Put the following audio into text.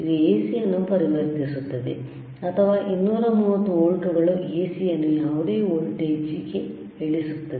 ಇದು AC ಅನ್ನು ಪರಿವರ್ತಿಸುತ್ತದೆ ಅಥವಾ 230 ವೋಲ್ಟ್ಗಳ AC ಅನ್ನು ಯಾವುದೇ ವೋಲ್ಟೇಜ್ಗೆ ಇಳಿಸುತ್ತದೆ